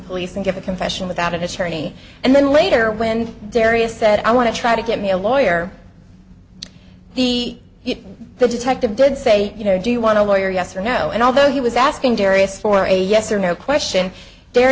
police and get a confession without an attorney and then later when various said i want to try to get me a lawyer the the detective did say you know do you want to lawyer yes or no and although he was asking jarius for a yes or no question there